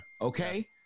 okay